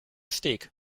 steak